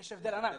יש הבדל ענק.